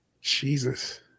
Jesus